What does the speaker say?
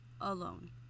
alone